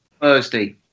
Thursday